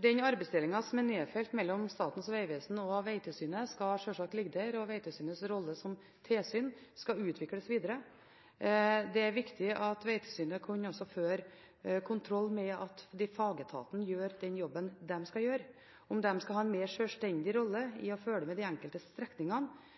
Den arbeidsdelingen som er nedfelt mellom Statens vegvesen og Vegtilsynet, skal sjølsagt ligge der, og Vegtilsynets rolle som tilsyn skal utvikles videre. Det er viktig at Vegtilsynet skal kunne føre kontroll med at fagetatene gjør den jobben de skal gjøre. Hvorvidt de skal ha en mer sjølstendig rolle i